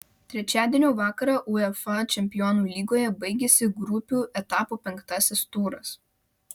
trečiadienio vakarą uefa čempionų lygoje baigėsi grupių etapo penktasis turas